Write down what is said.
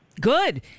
good